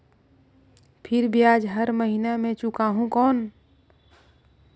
फिर ब्याज हर महीना मे चुकाहू कौन?